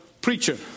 preacher